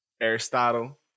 Aristotle